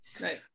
right